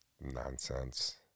nonsense